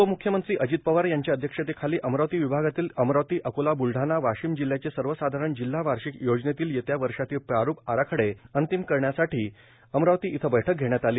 उपम्ख्यमंत्री अजित पवार यांच्या अध्यक्षतेखाली अमरावती विभागातील अमरावती अकोला ब्लडाणा वाशिम जिल्ह्याचे सर्वसाधारण जिल्हा वार्षिक योजनेतील येत्या वर्षातील प्रारूप आराखडे अंतिम करण्यासाठी अमरावती इथं बैठक घेण्यात आली